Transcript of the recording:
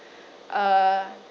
err